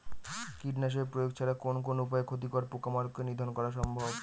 কীটনাশক প্রয়োগ ছাড়া কোন কোন উপায়ে ক্ষতিকর পোকামাকড় কে নিধন করা সম্ভব?